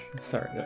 Sorry